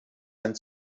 ein